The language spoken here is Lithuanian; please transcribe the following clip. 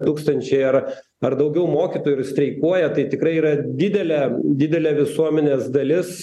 tūkstančiai ar ar daugiau mokytojų ir streikuoja tai tikrai yra didelė didelė visuomenės dalis